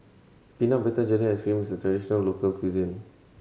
peanut butter jelly ice cream is a traditional local cuisine